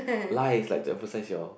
lah is like to emphasize your